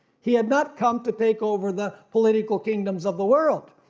he had not come to take over the political kingdoms of the world.